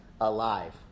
alive